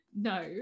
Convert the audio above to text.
No